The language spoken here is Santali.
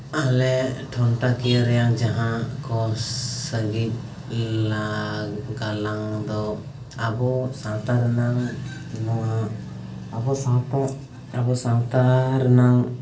ᱟᱞᱮ ᱴᱷᱚᱱᱴᱟᱠᱤᱭᱟᱹ ᱨᱮᱭᱟᱜ ᱡᱟᱦᱟᱸᱠᱚ ᱥᱟᱹᱦᱤᱡ ᱜᱟᱞᱟᱝᱫᱚ ᱟᱵᱚ ᱥᱟᱶᱛᱟ ᱨᱮᱱᱟᱜ ᱱᱚᱣᱟ ᱟᱵᱚ ᱥᱟᱶᱛᱟ ᱟᱵᱚ ᱥᱟᱶᱛᱟ ᱨᱮᱱᱟᱝ